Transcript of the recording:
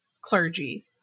clergy